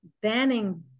banning